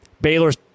Baylor's